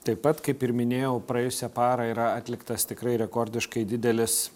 taip pat kaip ir minėjau praėjusią parą yra atliktas tikrai rekordiškai didelis